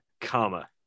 Comma